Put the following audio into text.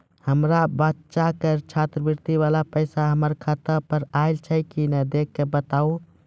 हमार बच्चा के छात्रवृत्ति वाला पैसा हमर खाता पर आयल छै कि नैय देख के बताबू?